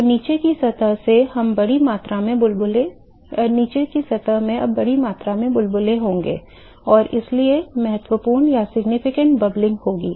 तो नीचे की सतह में अब बड़ी मात्रा में बुलबुले होंगे और इसलिए महत्वपूर्ण बुदबुदाहट होगी